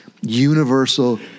universal